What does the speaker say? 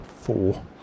four